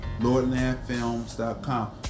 LordlandFilms.com